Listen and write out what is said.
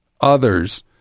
others